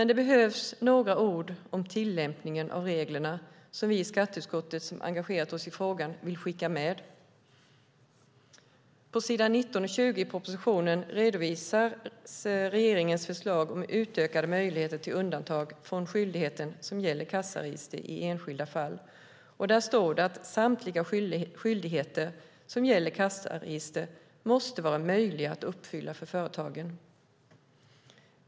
Det behövs dock några ord om tillämpningen av reglerna, som vi i skatteutskottet som engagerat oss i frågan vill skicka med. På s. 19 och 20 i propositionen redovisas regeringens förslag om utökade möjligheter till undantag från skyldigheter som gäller kassaregister i enskilda fall. Där står det att samtliga skyldigheter som gäller kassaregister måste vara möjliga att uppfylla för företagarna.